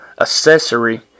accessory